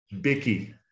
Bicky